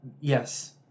Yes